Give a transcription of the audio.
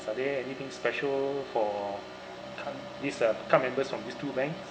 are there anything special for card these uh card members from these two banks